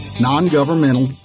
non-governmental